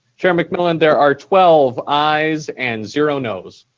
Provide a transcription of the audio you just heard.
chair mcmillan, there are twelve ayes and zero nos.